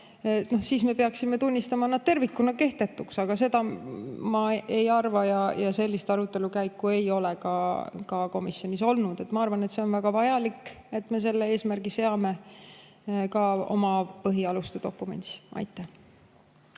siis peaksime tunnistama selle tervikuna kehtetuks. Aga seda ma ei arva ja sellist arutelu ei ole ka komisjonis olnud. Ma arvan, et on väga vajalik, et me seaksime selle eesmärgi ka oma põhialuste dokumendis. Aitäh!